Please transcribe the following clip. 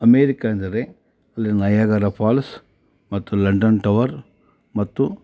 America ಎಂದರೆ ಅಲ್ಲಿ Niagara Falls ಮತ್ತು ಲಂಡನ್ ಟವರ್ ಮತ್ತು